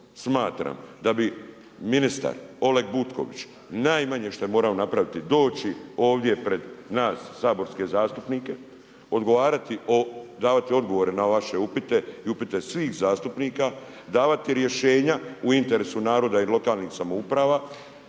smatram da bi ministar Oleg Butković, najmanje što je morao napraviti, doći ovdje pre nas saborske zastupnike, odgovarati, davati odgovore na vaše upite i upite svih zastupnika, davati rješenja u interesu naroda i lokalnih samouprava,